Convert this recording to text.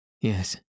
yes